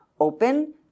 open